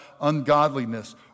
ungodliness